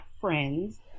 friends